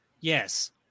yes